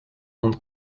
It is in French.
monde